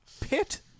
pit